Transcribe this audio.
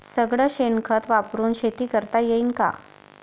सगळं शेन खत वापरुन शेती करता येईन का?